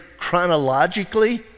chronologically